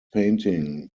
painting